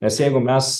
nes jeigu mes